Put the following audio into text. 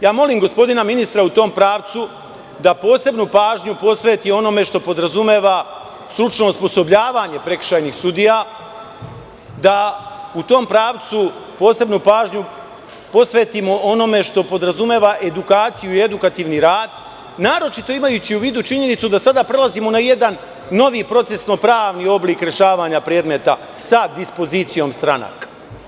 Ja molim gospodina ministra, u tom pravcu da posebnu pažnju posveti onome što podrazumeva stručno osposobljavanje prekršajnih sudija, da u tom pravcu posebnu pažnju posvetimo onome što podrazumeva edukaciju i edukativni rad, naročito imajući u vidu činjenicu da sada prelazimo na jedan novi procesno-pravni oblik rešavanja predmeta sa dispozicijom stranaka.